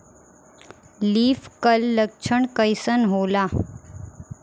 Leaf curl लक्षण कइसन होला?